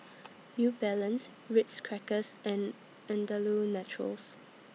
New Balance Ritz Crackers and Andalou Naturals